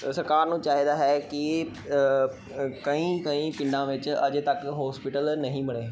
ਸਰਕਾਰ ਨੂੰ ਚਾਹੀਦਾ ਹੈ ਕਿ ਕਈ ਕਈ ਪਿੰਡਾਂ ਵਿੱਚ ਅਜੇ ਤੱਕ ਹੌਸਪੀਟਲ ਨਹੀਂ ਬਣੇ